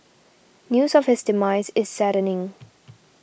news of his demise is saddening